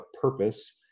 purpose